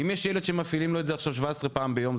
אם יש ילד שמפעילים לו את זה 17 פעמים ביום,